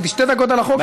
אמרתי: שתי דקות על החוק,